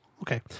okay